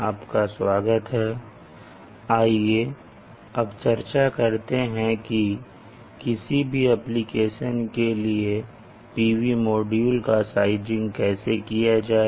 आइए अब चर्चा करते हैं कि किसी भी एप्लिकेशन के लिए PV मॉड्यूल का साइजिंग कैसे किया जाए